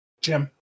Jim